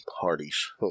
parties